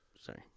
Sorry